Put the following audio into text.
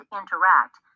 interact